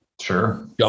Sure